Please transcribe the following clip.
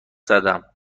زدم